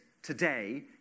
today